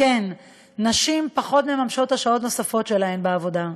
ונשים פחות מממשות את השעות הנוספות שלהן בעבודה.